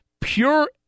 Pure